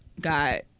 got